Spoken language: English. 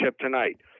tonight